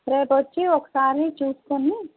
రేపు వచ్చి ఒకసారి చూసుకొని